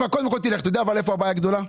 אתה יודע היכן הבעיה הגדולה?